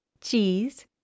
cheese